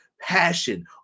passion